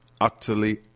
utterly